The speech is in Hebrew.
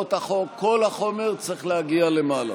הצעות החוק, כל החומר צריך להגיע למעלה.